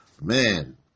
man